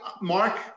Mark